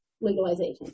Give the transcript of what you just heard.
legalization